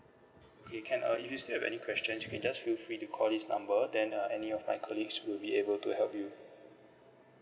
okay can uh if you still have any questions you can just feel free to call this number then uh any of my colleagues will be able to help you